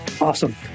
Awesome